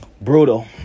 brutal